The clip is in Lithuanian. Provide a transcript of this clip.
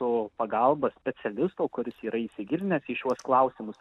su pagalbos specialistu kuris yra įsigilinęs į šiuos klausimus